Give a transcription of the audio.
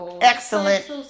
excellent